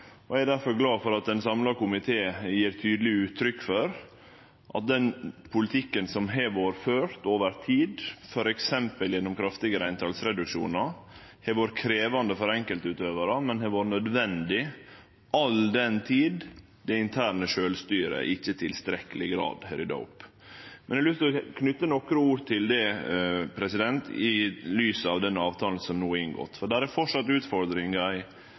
forsterka. Eg er derfor glad for at ein samla komité gjev tydeleg uttrykk for at den politikken som har vore ført over tid, f.eks. gjennom kraftige reduksjonar i reintal, har vore krevjande for enkeltutøvarar, men har vore nødvendig, all den tid det interne sjølvstyret ikkje i tilstrekkeleg grad har rydda opp. Eg har lyst til å knyte nokre ord til det, i lys av denne avtalen som no er inngått, for det er framleis utfordringar i